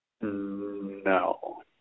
No